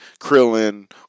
Krillin